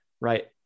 Right